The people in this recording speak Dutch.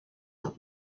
gaat